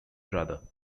brother